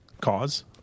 cause